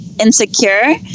insecure